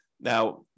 now